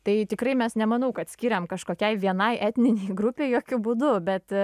tai tikrai mes nemanau kad skyrėm kažkokiai vienai etninei grupei jokiu būdu bet